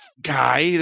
guy